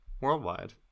worldwide